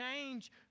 change